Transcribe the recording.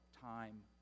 time